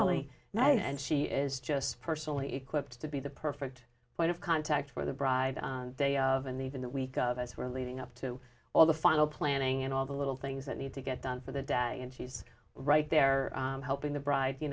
only night and she is just personally equipped to be the perfect point of contact for the bride of and even a week of as we're leading up to all the final planning and all the little things that need to get done for the day and she's right there helping the bride you